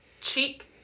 cheek